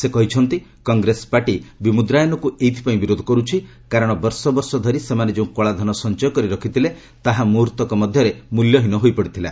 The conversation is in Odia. ସେ କହିଛନ୍ତି କଂଗ୍ରେସ ପାର୍ଟି ବିମୁଦ୍ରାୟନକୁ ଏଇଥିପାଇଁ ବିରୋଧ କରୁଛି କାରଣ ବର୍ଷ ବର୍ଷ ଧରି ସେମାନେ ଯେଉଁ କଳାଧନ ସଞ୍ଚୟ କରି ରଖିଥିଲେ ତାହା ମୁହ୍ରର୍ତ୍ତକ ମଧ୍ୟରେ ମ୍ବଲ୍ୟହୀନ ହୋଇପଡ଼ିଥିଲା